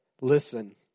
listen